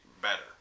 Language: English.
better